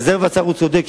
לגבי רזרבת שר הוא צודק.